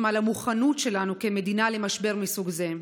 על המוכנות שלנו כמדינה למשבר מסוג זה.